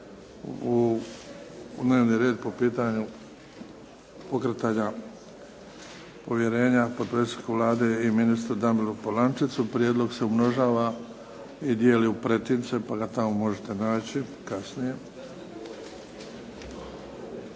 u dnevni red po pitanju pokretanja povjerenja potpredsjedniku Vlade i ministru Damiru Polančecu. Prijedlog se umnožava i dijeli u pretince, pa ga tamo možete naći kasnije.